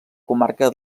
comarca